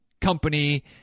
company